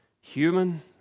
human